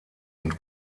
und